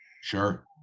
Sure